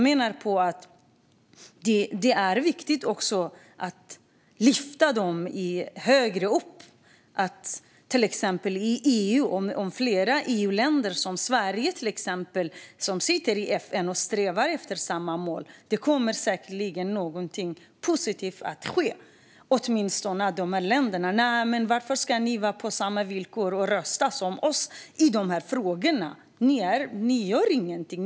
Men det är viktigt att de här frågorna lyfts högre upp i till exempel EU. Om fler EU-länder än Sverige i FN strävar efter samma mål kommer säkerligen något positivt att ske, åtminstone i de här länderna. Varför ska de vara med på samma villkor och ha samma rätt att rösta som vi i de här frågorna? De gör ingenting.